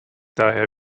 daher